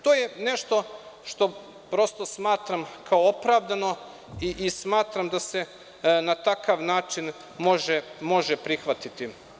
To je nešto što prosto smatram kao opravdano i smatram da se na takav način može prihvatiti.